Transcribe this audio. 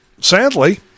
Sadly